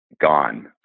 gone